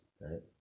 right